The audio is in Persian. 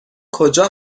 کجا